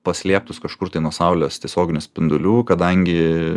paslėptus kažkur tai nuo saulės tiesioginių spindulių kadangi